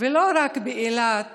ולא רק באילת